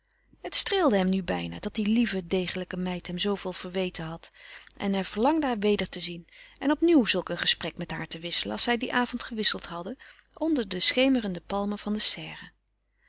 het streelde hem nu bijna dat die lieve degelijke meid hem zooveel verweten had en hij verlangde haar weder te zien en opnieuw zulk een gesprek met haar te wisselen als zij dien avond gewisseld hadden onder de schemerende palmen der serre